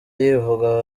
yivuga